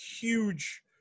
huge